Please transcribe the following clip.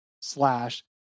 slash